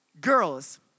Girls